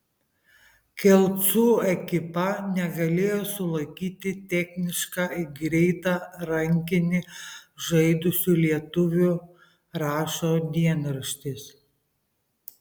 kelcų ekipa negalėjo sulaikyti technišką ir greitą rankinį žaidusių lietuvių rašo dienraštis